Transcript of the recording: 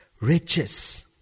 riches